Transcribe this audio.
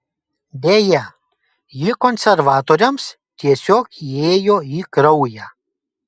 deja ji konservatoriams tiesiog įėjo į kraują